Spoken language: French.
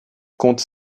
compte